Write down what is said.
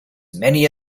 many